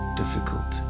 difficult